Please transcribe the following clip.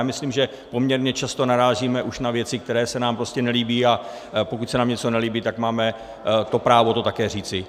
A já myslím, že poměrně často narážíme na věci, které se nám prostě nelíbí, a pokud se nám něco nelíbí, tak máme právo to také říci.